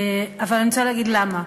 אבל אני רוצה להגיד למה.